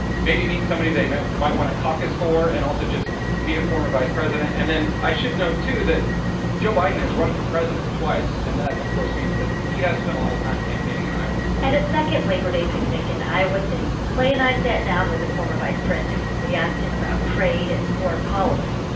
maybe meet somebody they might might want to caucus for and also just meet a former vice president. and then i should note, too, that joe biden has run for president twice, and that, of course, means that he has spent a lot of time campaigning in iowa at a second labor day picnic in iowa city, clay and i sat down with the former vice president. we asked him about trade and foreign policy.